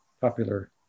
popular